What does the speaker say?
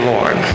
Lord